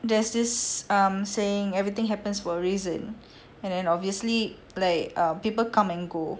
there's this um saying everything happens for a reason and then obviously like err people come and go